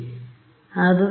ಆದ್ದರಿಂದ ಇದು ಏನು